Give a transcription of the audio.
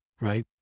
right